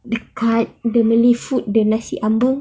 dekat the malay food the nasi ambeng